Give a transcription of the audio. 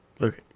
Okay